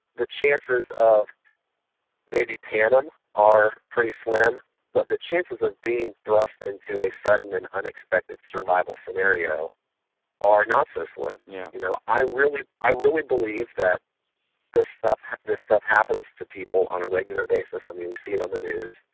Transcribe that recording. the chances of maybe panem are pretty slim but the chances of being thrust into a sudden and unexpected survival scenario are not so slim yeah you know i really i really believe that this that this stuff happens to people on a regular basis, i mean we see it on the news.